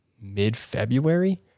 mid-February